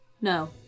No